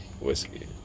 Whiskey